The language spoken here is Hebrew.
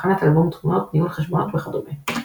הכנת אלבום תמונות, ניהול חשבונות וכדומה.